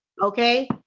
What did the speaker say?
Okay